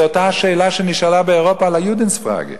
זאת אותה השאלה שנשאלה באירופה על ה-Judenfrage,